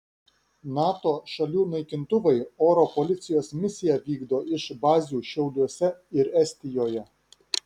nato šalių naikintuvai oro policijos misiją vykdo iš bazių šiauliuose ir estijoje